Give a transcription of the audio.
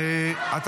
פחדנים.